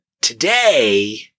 today